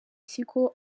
kigo